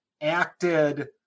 acted